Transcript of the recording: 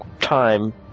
time